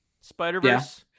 Spider-Verse